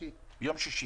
שישי